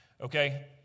okay